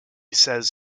says